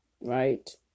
Right